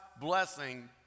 blessing